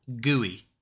Gooey